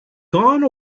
gone